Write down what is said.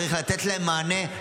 צריך לתת להן מענה,